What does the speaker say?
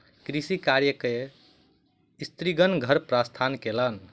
कृषि कार्य कय के स्त्रीगण घर प्रस्थान कयलैन